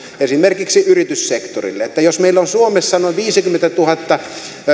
esimerkiksi yrityssektorille jos meillä on suomessa noin viisikymmentätuhatta